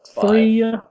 three